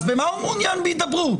אז במה הוא מעוניין בהידברות?